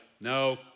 no